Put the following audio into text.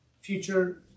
future